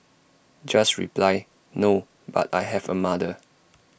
just reply no but I have A mother